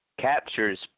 captures